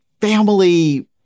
family